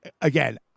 Again